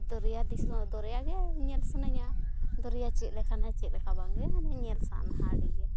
ᱫᱚᱨᱭᱟ ᱫᱤᱥᱚᱢ ᱫᱚᱨᱭᱟᱜᱮ ᱧᱮᱞ ᱥᱟᱱᱟᱹᱧᱟ ᱫᱚᱨᱭᱟ ᱪᱮᱫ ᱞᱮᱠᱟᱱᱟ ᱪᱮᱫ ᱞᱮᱠᱟ ᱵᱟᱝᱜᱮ ᱧᱮᱞ ᱥᱟᱱᱟᱣᱟ ᱟᱹᱰᱤ ᱜᱮ